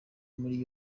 muri